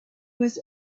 was